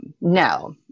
No